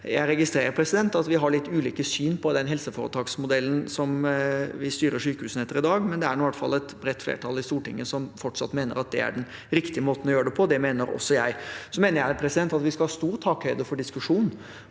Jeg registrerer at vi har litt ulikt syn på den helseforetaksmodellen som vi styrer sykehusene etter i dag, men det er i hvert fall et bredt flertall i Stortinget som fortsatt mener at det er den riktige måten å gjøre det på. Det mener også jeg. Så mener jeg at vi skal ha stor takhøyde for diskusjon,